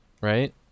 Right